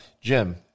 Jim